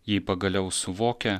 ji pagaliau suvokia